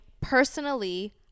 Personally